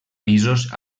pisos